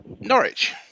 Norwich